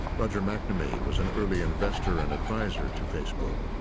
roger mcnamee was an early investor and adviser to facebook.